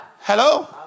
Hello